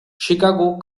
chicago